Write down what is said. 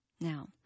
Now